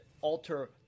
alter